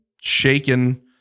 shaken